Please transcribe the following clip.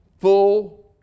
full